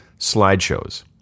slideshows